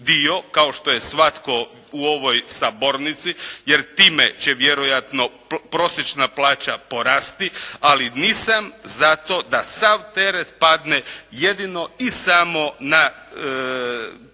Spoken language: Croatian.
kao što je svatko u ovoj sabornici, jer time će vjerojatno prosječna plaća porasti, ali nisam za to da sav teret padne jedino i samo na